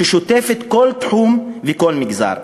ששוטפת כל תחום וכל מגזר.